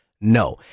No